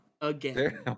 again